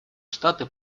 штаты